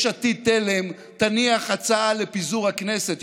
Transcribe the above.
יש עתיד-תל"ם תניח הצעה לפיזור הכנסת.